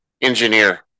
engineer